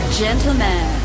gentlemen